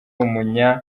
umunya